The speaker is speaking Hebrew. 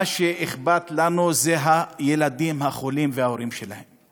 מה שאכפת לנו זה הילדים החולים וההורים שלהם.